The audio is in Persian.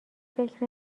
فکر